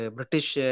British